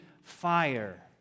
fire